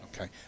Okay